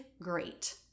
great